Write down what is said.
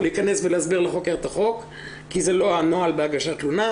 להיכנס ולהסביר לחוקר את החוק כי זה לא הנוהל בהגשת תלונה.